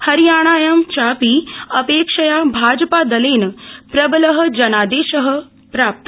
हरियाणायां चा अप्रेक्षया भाज ादलेन प्रबल जनादेश प्राप्त